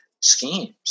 schemes